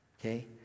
okay